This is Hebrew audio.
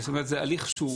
זאת אומרת, זה הליך מורכב.